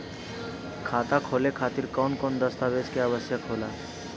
खाता खोले खातिर कौन कौन दस्तावेज के आवश्यक होला?